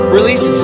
Release